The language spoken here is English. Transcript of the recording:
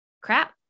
crap